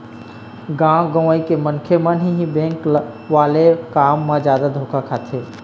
गाँव गंवई के मनखे मन ह ही बेंक वाले काम म जादा धोखा खाथे